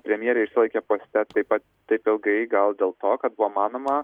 premjerė išsilaikė poste taip pat taip ilgai gal dėl to kad buvo manoma